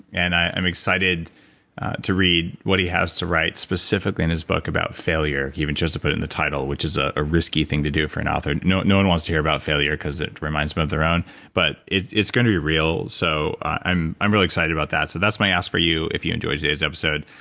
and i'm excited to read what he has to write specifically in this book about failure, even just to put in the title which is a risky thing to do for an author. no no one wants to hear about failure because reminds them of their own. but it's it's going to be real so i'm i'm really excited about so that's my ask for you if you enjoyed today's episode.